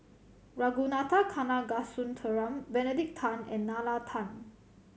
Ragunathar Kanagasuntheram Benedict Tan and Nalla Tan